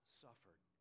suffered